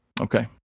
Okay